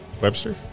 Webster